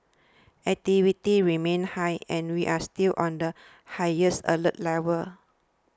activity remains high and we are still on the highest alert level